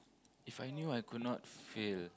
If I knew I could not fail